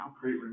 Great